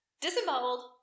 Disemboweled